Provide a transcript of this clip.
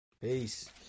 Peace